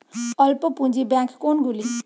অল্প পুঁজি ব্যাঙ্ক কোনগুলি?